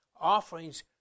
offerings